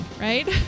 right